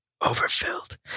Overfilled